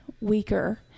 weaker